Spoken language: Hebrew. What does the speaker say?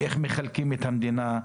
איך מחלקים את המדינה?